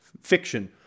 fiction